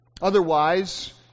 Otherwise